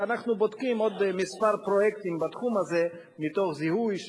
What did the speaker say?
ואנחנו בודקים עוד כמה פרויקטים בתחום הזה מתוך זיהוי,